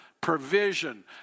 provision